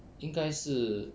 应该是